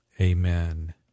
amen